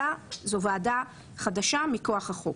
אלא זו ועדה חדשה מכוח החוק.